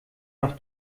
noch